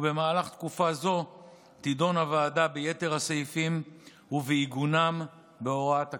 ובמהלך תקופה זו תדון הוועדה ביתר הסעיפים ובעיגונם בהוראת הקבע.